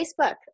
Facebook